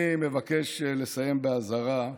אני מבקש לסיים באזהרה: